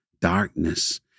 darkness